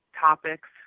topics